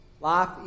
Life